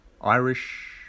Irish